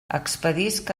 expedisc